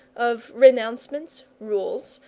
of renouncements, rules,